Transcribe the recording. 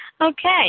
Okay